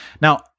Now